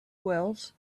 wells